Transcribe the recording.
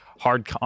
hard